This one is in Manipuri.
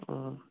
ꯑꯥ